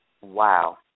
Wow